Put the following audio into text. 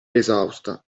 esausta